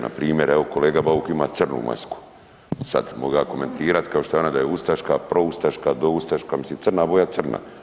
Npr. evo kolega Bauk ima crnu masku, sad mogu ja komentirat kao šta je ona da je ustaška, proustaška, doustaška, mislim crna boja je crna.